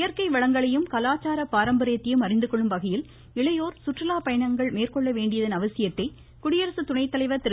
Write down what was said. இயற்கை வளங்களையும் கலாச்சார பாரம்பரியத்தையும் அறிந்துகொள்ளும் வகையில் இளையோர் சுற்றுலா பயணங்கள் மேற்கொள்ள வேண்டியதன் அவசியத்தை குடியரசு துணைத்தலைவர் திரு